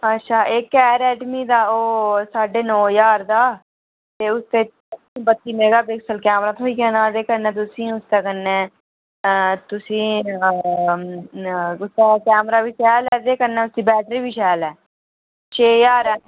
अच्छा इक ऐ रेडमी दा ओह् साढ़े नो ज्हार दा ते उसदे बत्ती मेगापिकसल कैमरा थ्होई जाना ते कन्नै तुसें गी उसदे कन्नै तुसें गी सगुआं कैमरा बी शैल ऐ कन्नै उसदी बैटरी बी शैल ऐ छे ज्हार ऐ